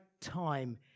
time